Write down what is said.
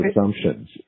assumptions